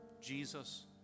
Jesus